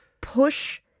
push